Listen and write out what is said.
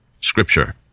Scripture